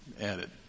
added